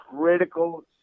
critical